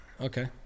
Okay